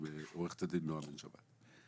עוה"ד נעה בן שבת.